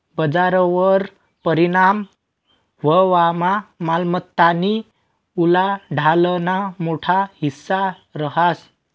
बजारवर परिणाम व्हवामा मालमत्तानी उलाढालना मोठा हिस्सा रहास